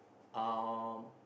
um